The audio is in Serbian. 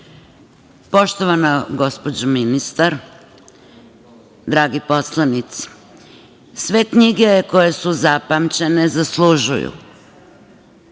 gospođo ministar, dragi poslanici, sve knjige koje su zapamćene zaslužuju